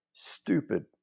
stupid